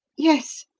yes,